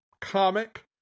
comic